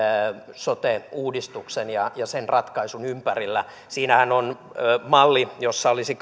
sote uudistuksen ja ja sen ratkaisun ympärillä siinähän on malli jossa olisi